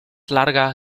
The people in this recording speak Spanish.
larga